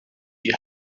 die